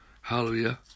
Hallelujah